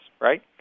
right